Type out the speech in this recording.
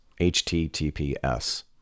HTTPS